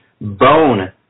bone